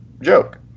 joke